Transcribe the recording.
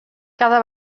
cada